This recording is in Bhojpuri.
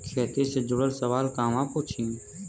खेती से जुड़ल सवाल कहवा पूछी?